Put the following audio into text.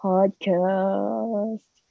Podcast